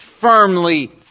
firmly